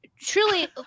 Truly